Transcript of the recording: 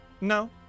No